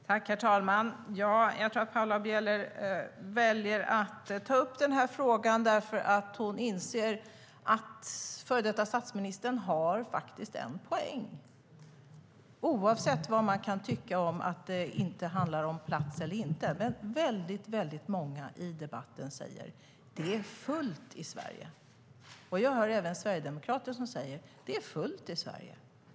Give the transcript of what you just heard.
Herr talman! Jag tror att Paula Bieler väljer att ta upp den här frågan för att hon inser att före detta statsministern faktiskt har en poäng. Oavsett vad man kan tycka om att det skulle handla om plats eller inte, säger många i debatten att det är fullt i Sverige. Jag hör även sverigedemokrater som säger att det är fullt i Sverige.